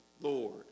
Lord